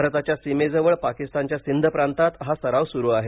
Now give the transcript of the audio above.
भारताच्या सीमेजवळ पाकिस्तानच्या सिंध प्रांतात हा सराव सुरू आहे